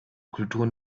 kulturen